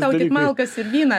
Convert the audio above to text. tau tik malkas ir vyną